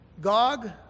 Gog